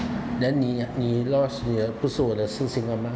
then 你你 loss 你的不是我的事情吗